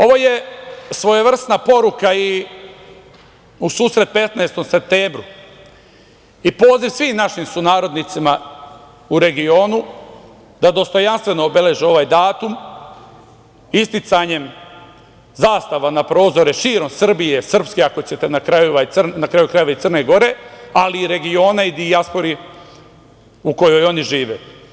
Ovo je svojevrsna poruka i u susret 15. septembru poziv svim našim sunarodnicima u regionu da dostojanstveno obeleže ovaj datum isticanjem zastava na prozore širom Srbije, Srpske, ako hoćete na kraju, krajeva i Crne Gore, ali i regiona i dijaspore u kojoj oni žive.